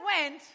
went